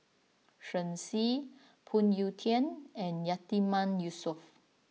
Shen Xi Phoon Yew Tien and Yatiman Yusof